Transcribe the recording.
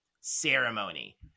ceremony